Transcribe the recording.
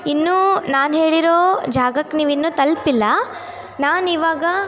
ಇನ್ನೂ ನಾನು ಹೇಳಿರೋ ಜಾಗಕ್ಕೆ ನೀವಿನ್ನೂ ತಲುಪಿಲ್ಲ ನಾನು ಇವಾಗ